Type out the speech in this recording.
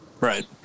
Right